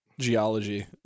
geology